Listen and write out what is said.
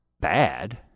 Bad